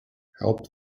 help